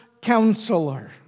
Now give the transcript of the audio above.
counselor